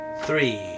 three